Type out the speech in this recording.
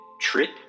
trip